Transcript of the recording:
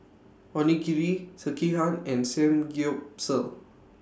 Onigiri Sekihan and Samgyeopsal